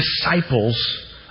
disciples